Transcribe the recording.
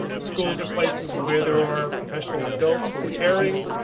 schools are places where there are professional adults who are caring.